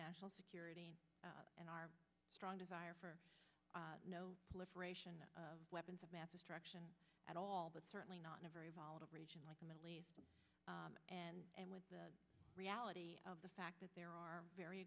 national security and our strong desire for no liberation of weapons of mass destruction at all but certainly not in a very volatile region like the middle east and with the reality of the fact that there are very